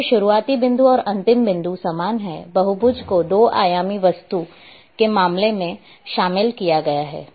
क्योंकि शुरुआती बिंदु और अंत बिंदु समान है बहुभुज को 2 आयामी वस्तु के मामले में शामिल किया गया है